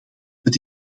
het